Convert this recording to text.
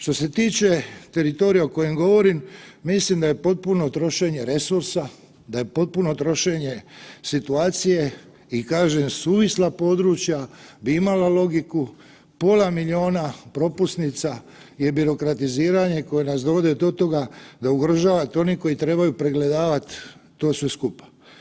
Što se tiče teritorija o kojem govorim, mislim da je potpuno trošenje resursa, a je potpuno trošenje situacije i kažem suvisla područja bi imala logiku, pola miliona propusnica je birokratiziranje koje nas dovodi do toga da ugrožavate one koji trebaju pregledavati to sve skupa.